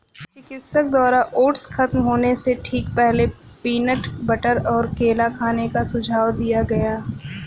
चिकित्सक द्वारा ओट्स खत्म होने से ठीक पहले, पीनट बटर और केला खाने का सुझाव दिया गया